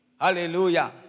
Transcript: Hallelujah